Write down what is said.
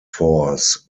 force